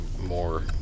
more